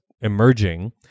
emerging